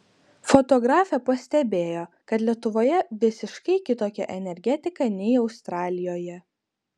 fotografė pastebėjo kad lietuvoje visiškai kitokia energetika nei australijoje